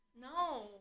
No